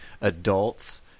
adults –